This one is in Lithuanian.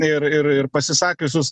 ir ir ir pasisakiusius